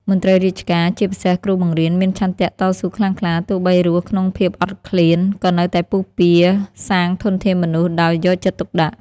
មន្ត្រីរាជការ ជាពិសេសគ្រូបង្រៀន មានឆន្ទៈតស៊ូខ្លាំងក្លា ទោះបីរស់ក្នុងភាពអត់ឃ្លាន ក៏នៅតែពុះពារសាងធនធានមនុស្សដោយយកចិត្តទុកដាក់។